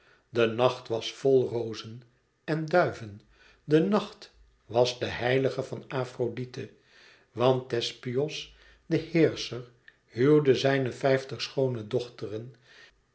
de nacht was vol rozen en duiven de nacht was de heilige van afrodite want thespios de heerscher huwde zijne vijftig schoone dochteren